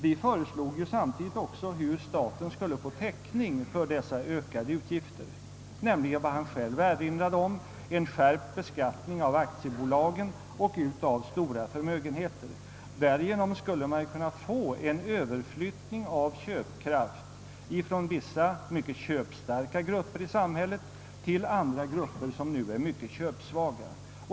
Vi föreslog samtidigt hur staten skulle få täckning för dessa ökade utgifter, nämligen vad herr Bengtsson själv erinrade om: en skärpt beskattning av aktiebolagen och av stora förmögenheter. Genom sådana åtgärder skulle man få en överflyttning av köpkraft ifrån vissa mycket köpstarka grupper i samhället till andra grupper, som nu är mycket köpsvaga.